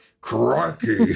Crikey